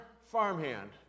farmhand